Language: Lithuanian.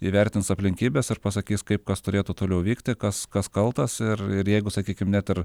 įvertins aplinkybes ir pasakys kaip kas turėtų toliau vykti kas kas kaltas ir ir jeigu sakykim net ir